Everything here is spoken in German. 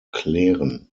klären